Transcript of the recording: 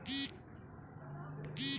कर्ज भरण्याची कोणती तारीख आहे?